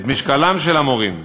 את משקלם של המורים,